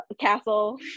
castle